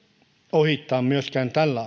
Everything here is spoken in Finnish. ohittaa myöskään tällä